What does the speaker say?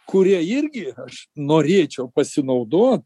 kurie irgi aš norėčiau pasinaudot